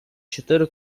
чотири